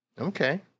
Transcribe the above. Okay